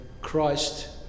Christ